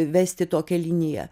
vesti tokią liniją